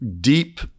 deep